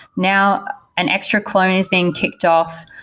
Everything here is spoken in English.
now an extra clone is being kicked off.